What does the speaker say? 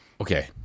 okay